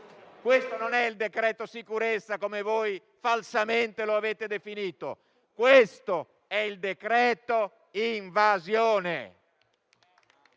Questo non è il decreto sicurezza, come voi falsamente lo avete definito; questo è il decreto invasione.